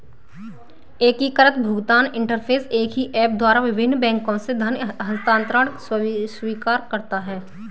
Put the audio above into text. एकीकृत भुगतान इंटरफ़ेस एक ही ऐप द्वारा विभिन्न बैंकों से धन हस्तांतरण स्वीकार करता है